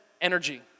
energy